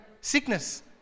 sickness